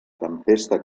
tempesta